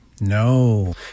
No